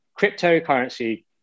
cryptocurrency